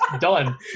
done